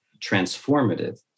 transformative